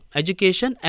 education